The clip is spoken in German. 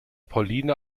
pauline